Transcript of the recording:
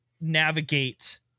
navigate